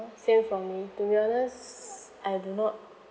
oh same for me to be honest I do not